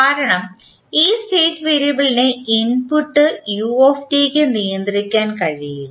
കാരണം ഈ സ്റ്റേറ്റ് വേരിയബിളിനെ ഇൻപുട്ട് uക്ക് നിയന്ത്രിക്കാൻ കഴിയില്ല